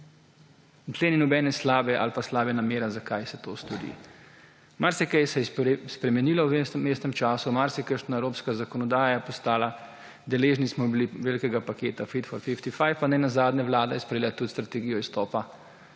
ni nobene slabe ali pa slaba namera, zakaj se to stori. Marsikaj se je spremenilo v vmesnem času, marsikakšna evropska zakonodaja je postala, deležni smo bili velikega paketa Fit for 55 in nenazadnje vlada je sprejela tudi strategijo izstopa